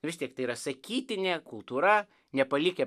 vis tiktai yra sakytinė kultūra nepalikę